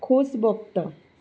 खोस भोगता